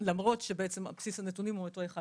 למרות שבסיס הנתונים הוא אותו אחד,